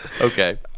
Okay